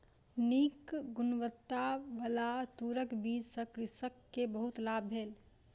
नीक गुणवत्ताबला तूरक बीज सॅ कृषक के बहुत लाभ भेल